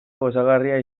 gozagarria